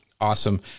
Awesome